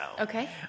Okay